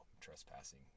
trespassing